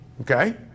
Okay